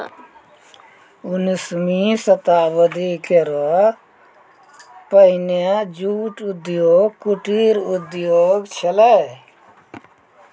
उन्नीसवीं शताब्दी केरो पहिने जूट उद्योग कुटीर उद्योग छेलय